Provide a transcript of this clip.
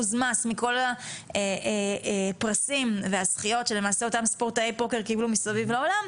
מס מכל הפרסים והזכיות שלמעשה אותם שחקני פוקר קיבלו מסביב לעולם,